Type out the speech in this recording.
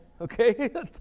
Okay